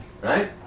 Right